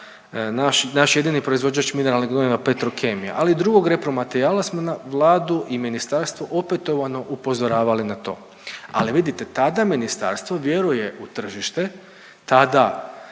naš jedini proizvođač mineralnih gnojiva Petrokemija, ali drugog repromaterijala smo na Vladu i ministarstvo opetovano upozoravali na to. Ali vidite tada ministarstvo vjeruje u tržište, tada